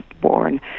born